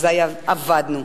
אזי אבדנו.